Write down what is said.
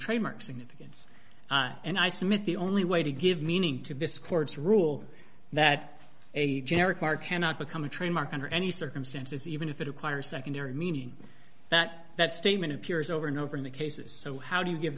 trademark significance and i submit the only way to give meaning to this court's rule that a generic car cannot become a trademark under any circumstances even if it acquires secondary meaning that that statement appears over and over in the cases so how do you give